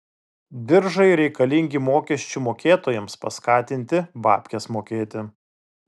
diržai reikalingi mokesčių mokėtojams paskatinti babkes mokėti